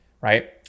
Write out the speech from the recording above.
right